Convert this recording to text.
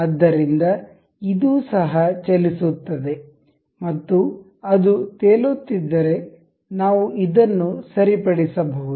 ಆದ್ದರಿಂದ ಇದು ಸಹ ಚಲಿಸುತ್ತದೆ ಮತ್ತು ಅದು ತೇಲುತ್ತಿದ್ದರೆ ನಾವು ಇದನ್ನು ಸರಿಪಡಿಸಬಹುದು